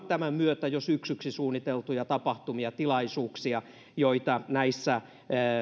tämän myötä yritykset jo peruvat syksyksi suunniteltuja tapahtumia tilaisuuksia joita